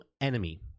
enemy